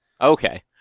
Okay